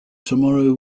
tomorrow